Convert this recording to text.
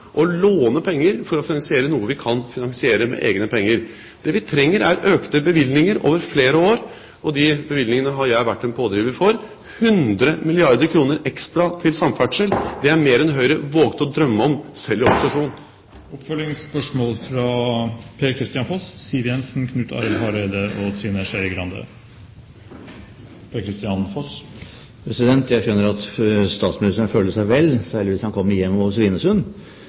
å låne penger for å finansiere noe som vi kan finansiere med egne penger. Det vi trenger, er økte bevilgninger over flere år, og de bevilgningene har jeg vært en pådriver for. 100 milliarder kr ekstra til samferdsel, det er mer enn Høyre har våget å drømme om, selv i opposisjon. Det blir gitt anledning til tre oppfølgingsspørsmål – først Per-Kristian Foss. Jeg skjønner at statsministeren føler seg vel, særlig hvis han kommer hjem over Svinesund.